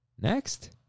Next